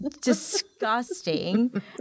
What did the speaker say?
disgusting